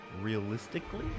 realistically